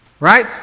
Right